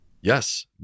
Yes